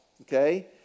okay